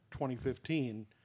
2015